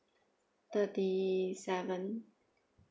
thirty seven